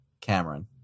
Cameron